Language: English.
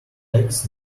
eggs